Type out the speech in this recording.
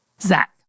Zach